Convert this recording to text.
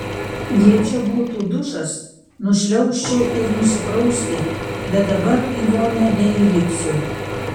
jei čia būtų dušas nušliaužčiau ir nusiprausti bet dabar į vonią neįlipsiu